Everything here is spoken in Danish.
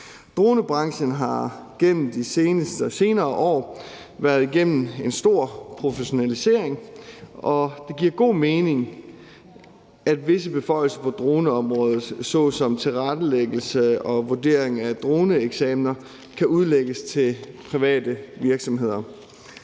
Dronebranchen har gennem de senere år været igennem en stor professionalisering, og det giver god mening, at visse beføjelser på droneområdet, såsom tilrettelæggelse og vurdering af droneeksamener, kan udlægges til private virksomheder.